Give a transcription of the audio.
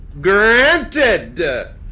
Granted